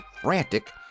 frantic